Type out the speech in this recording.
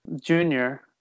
junior